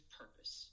purpose